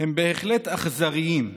הם בהחלט אכזריים,